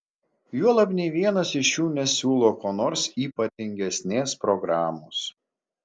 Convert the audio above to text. juolab nė vienas iš jų nesiūlo kuo nors ypatingesnės programos